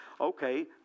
okay